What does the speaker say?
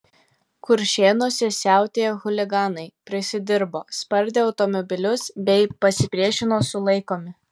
kuršėnuose siautėję chuliganai prisidirbo spardė automobilius bei pasipriešino sulaikomi